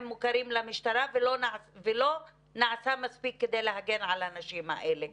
מוכרים למשטרה ולא נעשה מספיק כדי להגן על הנשים האלה.